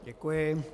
Děkuji.